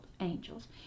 angels